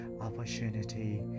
opportunity